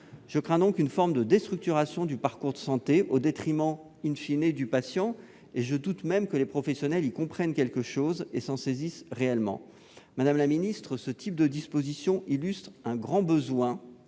Je crains donc une forme de déstructuration du parcours de santé au détriment,, du patient, et je doute même que les professionnels y comprennent quelque chose et s'en saisissent réellement. Madame la ministre, ce type de dispositions illustre un grand besoin